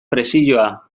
presioa